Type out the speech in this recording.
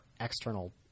external